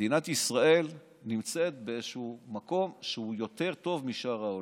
מדינת ישראל נמצאת באיזשהו מקום שהוא יותר טוב משאר העולם.